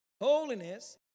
Holiness